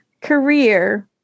career